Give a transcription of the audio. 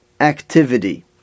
activity